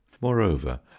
moreover